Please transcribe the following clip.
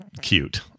cute